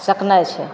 सेकनाइ छै